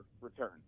return